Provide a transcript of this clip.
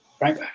Right